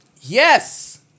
Yes